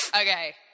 Okay